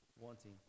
wanting